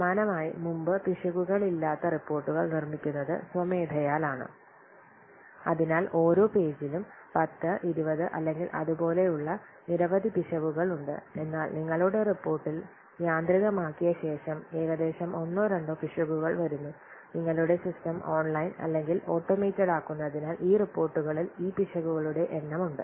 സമാനമായി മുമ്പ് പിശകുകളില്ലാത്ത റിപ്പോർട്ടുകൾ നിർമ്മിക്കുന്നത് സ്വമേധയാൽ ആണ് അതിനാൽ ഓരോ പേജിലും 10 20 അല്ലെങ്കിൽ അതുപോലെയുള്ള നിരവധി പിശകുകൾ ഉണ്ട് എന്നാൽ നിങ്ങളുടെ റിപ്പോർട്ടിൽ യാന്ത്രികമാക്കിയ ശേഷം ഏകദേശം ഒന്നോ രണ്ടോ പിശകുകൾ വരുന്നു നിങ്ങളുടെ സിസ്റ്റം ഓൺലൈൻ അല്ലെങ്കിൽ ഓട്ടോമേറ്റഡ് ആക്കുന്നതിനാൽ ഈ റിപ്പോർട്ടുകളിൽ ഈ പിശകുകളുടെ എണ്ണം ഉണ്ട്